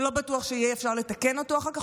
שלא בטוח שאפשר יהיה לתקן אותו אחר כך,